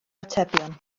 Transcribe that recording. atebion